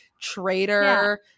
traitor